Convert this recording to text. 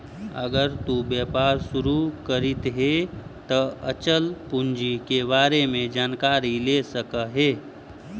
अगर तु व्यापार शुरू करित हे त अचल पूंजी के बारे में जानकारी ले सकऽ हे